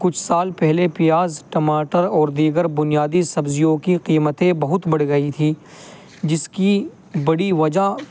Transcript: کچھ سال پہلے پیاز ٹماٹر اور دیگر بنیادی سبزیوں کی قیمتیں بہت بڑھ گئی تھیں جس کی بڑی وجہ